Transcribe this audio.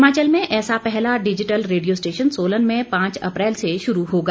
हिमाचल में ऐसा पहला डिजिटल रेडियो स्टेशन सोलन में पांच अप्रैल से शुरू होगा